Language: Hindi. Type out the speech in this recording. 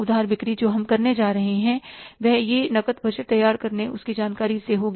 उधार बिक्री जो हम करने जा रहे हैं वह यह नकद बजट तैयार करके उसकी जानकारी से होगी